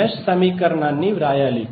mesh సమీకరణాన్ని వ్రాయాలి